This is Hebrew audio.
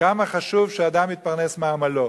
כמה חשוב שאדם יתפרנס מעמלו,